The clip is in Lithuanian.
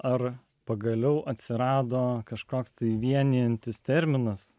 ar pagaliau atsirado kažkoks vienijantis terminas